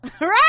right